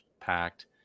packed